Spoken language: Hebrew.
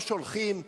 לא שולחים,